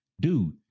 dude